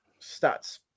stats